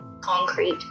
concrete